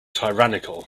tyrannical